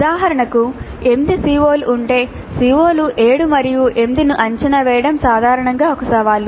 ఉదాహరణకు 8 CO లు ఉంటే COs 7 మరియు 8 లను అంచనా వేయడం సాధారణంగా ఒక సవాలు